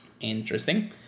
Interesting